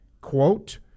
quote